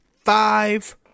five